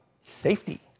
safety